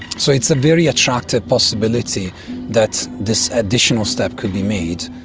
so it's a very attractive possibility that this additional step could be made.